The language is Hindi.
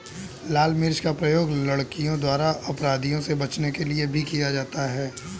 लाल मिर्च का प्रयोग लड़कियों द्वारा अपराधियों से बचने के लिए भी किया जाता है